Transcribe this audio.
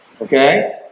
okay